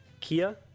Kia